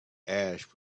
ash